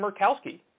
Murkowski